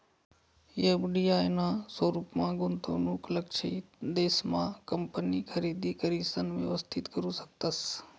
FDI ना स्वरूपमा गुंतवणूक लक्षयित देश मा कंपनी खरेदी करिसन व्यवस्थित करू शकतस